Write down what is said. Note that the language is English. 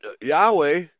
Yahweh